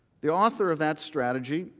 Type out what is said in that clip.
the author of that strategy,